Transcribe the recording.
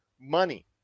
money